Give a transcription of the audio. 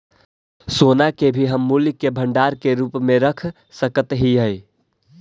सोना के भी हम मूल्य के भंडार के रूप में रख सकत हियई